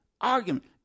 argument